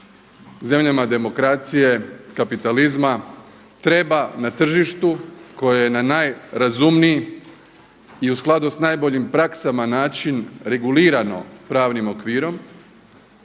zemljama demokracije, kapitalizma treba na tržištu koje je na najrazumniji i u skladu sa najboljim praksama način regulirano pravnim okvirom,